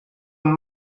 and